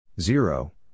Zero